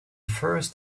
first